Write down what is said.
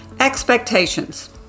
Expectations